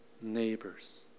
neighbors